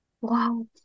Wow